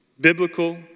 biblical